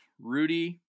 Rudy